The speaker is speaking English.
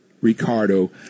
Ricardo